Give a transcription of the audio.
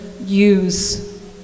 use